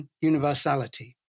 universality